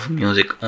music